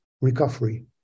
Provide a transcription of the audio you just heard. recovery